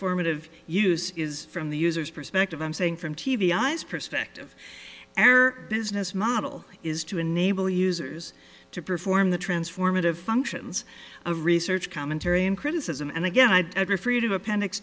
formative use is from the user's perspective i'm saying from t v as perspective air business model is to enable users to perform the transformative functions a research commentary and criticism and again i'd ever afraid of appendix